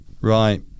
Right